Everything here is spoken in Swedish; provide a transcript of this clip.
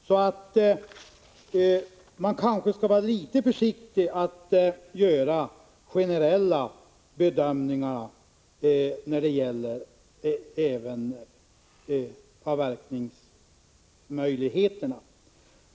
Man kanske därför skall vara litet försiktig att göra generella bedömningar även när det gäller avverkningsmöjligheterna.